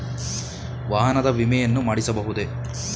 ವಾಹನದ ವಿಮೆಯನ್ನು ಮಾಡಿಸಬಹುದೇ?